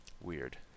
Weird